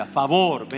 favor